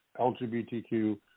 LGBTQ